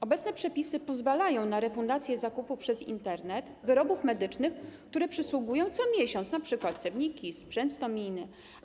Obecne przepisy pozwalają na refundację zakupu przez Internet wyrobów medycznych, które kupują co miesiąc, np. cewników, sprzętu stomijnego.